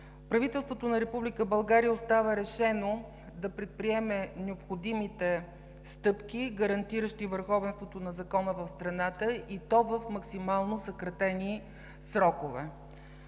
Правителството на Република България остава решено да предприеме необходимите стъпки, гарантиращи върховенството на закона в страната, и то в максимално съкратени срокове.